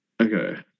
Okay